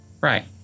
Right